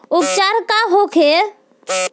उपचार का होखे?